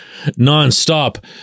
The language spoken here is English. nonstop